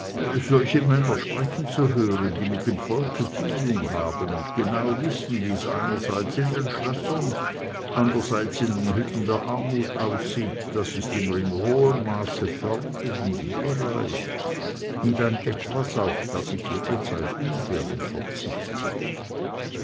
solche männer sprechen zu hören die mit dem volke fühlung haben und genau wissen wie's einerseits in den schlössern andererseits in den hütten der armut aussieht das ist immer in hohem maße fördernd und lehrreich und ein etwas auf das ich jederzeit ungern verzichte